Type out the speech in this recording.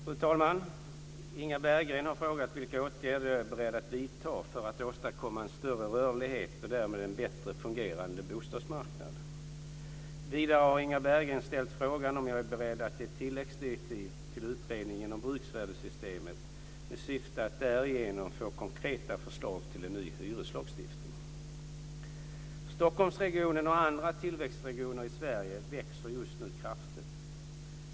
Fru talman! Inga Berggren har frågat vilka åtgärder jag är beredd att vidta för att åstadkomma en större rörlighet och därmed en bättre fungerande bostadsmarknad. Vidare har Inga Berggren ställt frågan om jag är beredd att ge tilläggsdirektiv till utredningen om bruksvärdessystemet med syfte att därigenom få konkreta förslag till en ny hyreslagstiftning. Sverige växer just nu kraftigt.